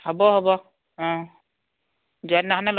হ'ব হ'ব অ যোৱা দিনাখনে